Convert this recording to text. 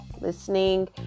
listening